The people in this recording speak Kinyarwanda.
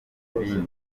ibindi